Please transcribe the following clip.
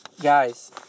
Guys